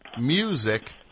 music